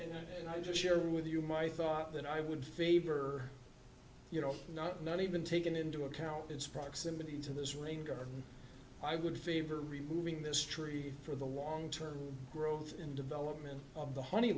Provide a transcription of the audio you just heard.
jesus and i just share with you my thought that i would favor you know not not even taking into account its proximity to this ring or i would favor removing this tree for the long term growth and development of the honey